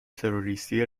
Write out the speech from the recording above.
تروریستی